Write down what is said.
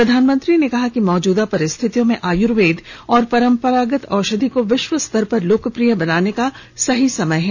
प्रधानमंत्री ने कहा कि मौजूदा परिस्थितियों में आयुर्वेद और परंपरागत औषधि को विश्वस्तर पर लोकप्रिय बनाने का सही समय है